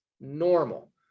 normal